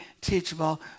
teachable